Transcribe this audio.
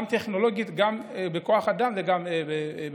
גם טכנולוגית, גם מבחינת כוח אדם וגם במשאבים.